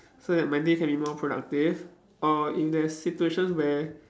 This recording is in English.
so that my day can be more productive or if there's situations where